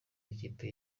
ikipe